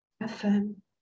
affirm